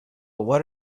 what